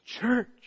Church